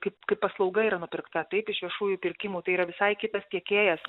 kaip kaip paslauga yra nupirkta taip iš viešųjų pirkimų tai yra visai kitas tiekėjas